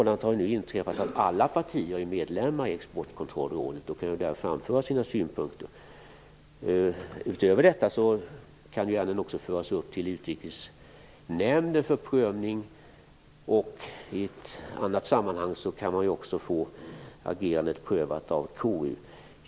Nu är alla partier medlemmar i Exportkontrollrådet och kan där framföra sina synpunkter. Utöver detta kan ärenden föras upp till Utrikesnämnden för prövning, och i ett annat sammanhang kan man också få agerandet prövat av KU.